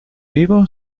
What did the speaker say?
vivo